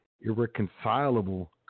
irreconcilable